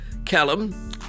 Callum